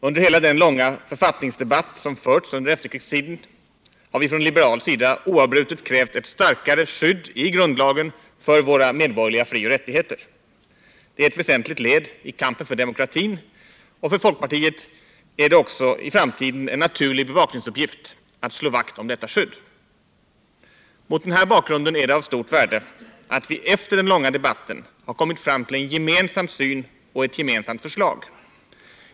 Under hela den långa författningsdebatt som förts under efterkrigstiden har vi från liberal sida oavbrutet krävt ett starkare skydd i grundlagen för våra medborgerliga frioch rättigheter. Det är ett väsentligt led i kampen för demokratin, och för folkpartiet är det också i framtiden en naturlig bevakningsuppgift att slå vakt om detta skydd. Mot den här bakgrunden är det av stort värde att vi efter den här långa debatten har kommit fram till en gemensam syn och ett gemensamt förslag.